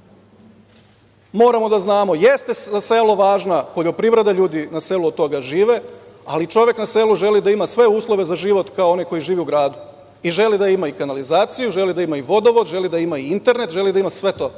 o selu. Selo jeste važna poljoprivreda, ljudi na selu od toga žive, ali čovek na selu želi da ima sve uslove za život kao oni koji žive u gradu. Žele da imaju kanalizaciju, žele da imaju vodovod, žele da imaju internet, žele da imaju sve to.